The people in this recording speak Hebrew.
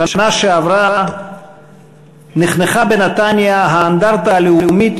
בשנה שעברה נחנכה בנתניה האנדרטה הלאומית